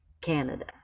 Canada